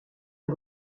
est